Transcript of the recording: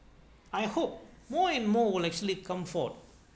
I hope more and more will actually come forth